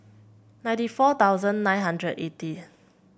ninety four thousand nine hundred eighty